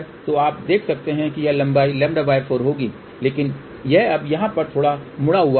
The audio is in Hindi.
तो आप देख सकते हैं कि लंबाई समान λ4 होगी लेकिन यह अब यहाँ पर थोड़ा मुड़ा हुआ है